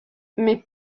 mais